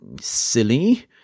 silly